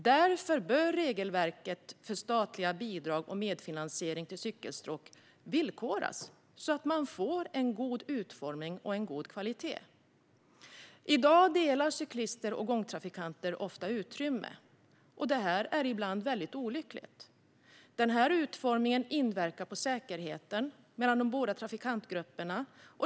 Därför bör regelverket för statliga bidrag och medfinansiering till cykelstråk villkoras så att man får en god utformning och en god kvalitet. I dag delar cyklister och gångtrafikanter ofta utrymme, vilket ibland är väldigt olyckligt. Denna utformning inverkar på säkerheten för båda trafikantgrupperna.